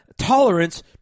tolerance